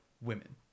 women